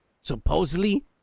supposedly